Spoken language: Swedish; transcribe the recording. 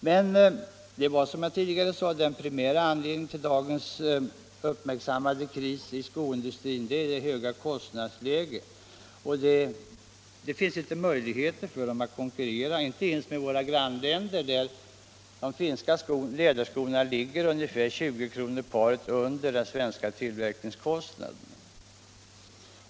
Som jag påpekat tidigare är emellertid den primära anledningen till dagens uppmärksammade kris inom skoindustrin det höga kostnadsläget. De svenska skotillverkarna har inte möjlighet att konkurrera ens med våra grannländer. Ett par finska läderskor ligger ungefär 20 kr. under den svenska tillverkningskostnaden.